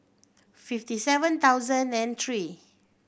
fifty seven thousand and three